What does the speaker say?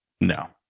No